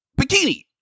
bikini